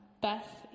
Beth